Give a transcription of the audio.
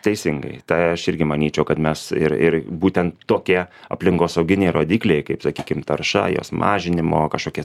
teisingai tai aš irgi manyčiau kad mes ir ir būtent tokie aplinkosauginiai rodikliai kaip sakykim tarša jos mažinimo kažkokie